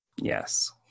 Yes